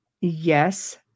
Yes